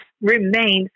remains